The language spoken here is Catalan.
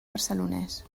barcelonès